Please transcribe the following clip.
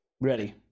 Ready